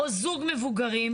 או זוג מבוגרים,